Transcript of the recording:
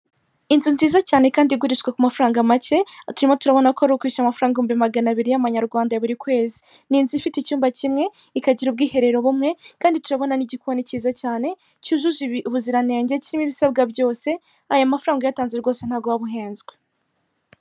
Inzu nziza cyane kandi igurishwa ku mafaranga make, turimo turabona ko ari ukwishyura amafaranga ibihumbi magana abiri y'amanyarwanda buri kwezi, ni inzu ifite icyumba kimwe, ikagira ubwiherero bumwe kandi turabona n'igikoni cyiza cyane cyujuje ubuziranenge kirimo ibisabwa byose, ayo mafaranga uyatanze rwose ntabwo waba uhenzwe.